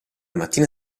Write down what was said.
mattina